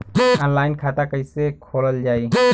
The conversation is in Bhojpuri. ऑनलाइन खाता कईसे खोलल जाई?